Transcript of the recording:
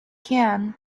can